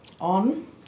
on